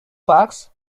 bugs